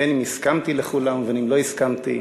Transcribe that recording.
בין שהסכמתי לכולם ובין שלא הסכמתי,